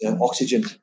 oxygen